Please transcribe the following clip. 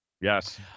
Yes